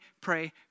pray